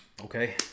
Okay